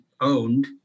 owned